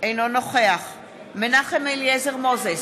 אינו נוכח מנחם אליעזר מוזס,